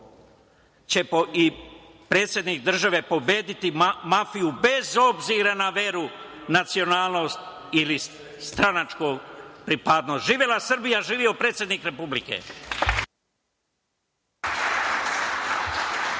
i predsednik države će pobediti mafiju, bez obzira na veru, nacionalnost ili stranačku pripadnost. Živela Srbija, živeo predsednik Republike.